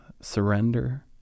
Surrender